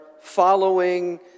following